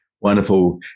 wonderful